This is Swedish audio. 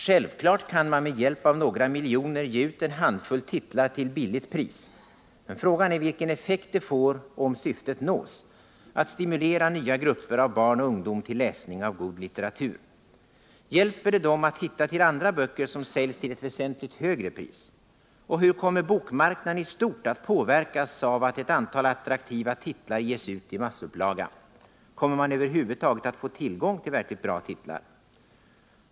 Självfallet kan man med hjälp av några miljoner ge ut en handfull titlar till billigt pris, men frågan är vilken effekt det får och om syftet nås — att stimulera nya grupper av barn och ungdomar till läsning av god litteratur. Hjälper det dem att hitta till andra böcker som säljs till ett väsentligt högre pris? Och hur kommer bokmarknaden i stort att påverkas av att ett antal attraktiva titlar ges ut i massupplaga? Kommer man över huvud taget att få tillgång till verkligt bra titlar?